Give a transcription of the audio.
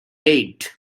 laid